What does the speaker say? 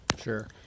Sure